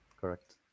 Correct